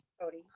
Cody